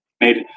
made